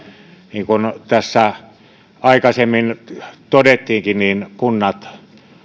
niin kuin tässä aikaisemmin todettiinkin niin kunnat